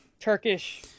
Turkish